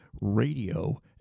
radio